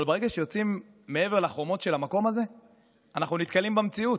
אבל ברגע שיוצאים מעבר לחומות של המקום הזה אנחנו נתקלים במציאות,